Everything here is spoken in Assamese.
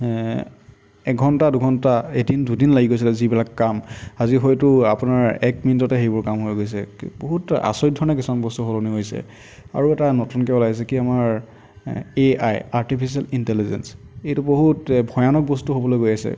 এঘণ্টা দুঘণ্টা এদিন দুদিন লাগি গৈছিলে যিবিলাক কাম আজি হয়তো আপোনাৰ এক মিনিটতে সেইবোৰ কাম হৈ গৈছে বহুত আচৰিত ধৰণে কিছুমান বস্তু সলনি হৈছে আৰু এটা নতুনকৈ ওলাইছে কি আমাৰ এ আই আৰ্টিফিচিয়েল ইণ্টেলিজেঞ্চ এইটো বহুত ভয়ানক বস্তু হ'বলৈ গৈ আছে